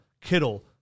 Kittle